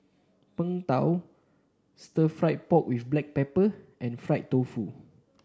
Png Tao Stir Fried Pork with Black Pepper and Fried Tofu